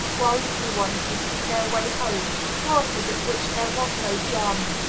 while little ones could see their way home parties at which there was no german,